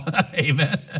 Amen